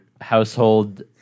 household